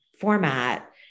format